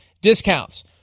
discounts